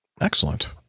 Excellent